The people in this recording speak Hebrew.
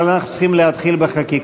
אבל אנחנו צריכים להתחיל בחקיקה.